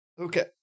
Okay